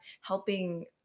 helping